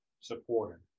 supporter